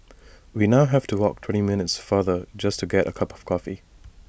we now have to walk twenty minutes farther just to get A cup of coffee